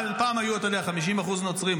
פעם היו, אתה יודע, 50% נוצרים.